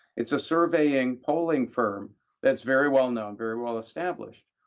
it's a surveying polling firm that's very well known, very well established,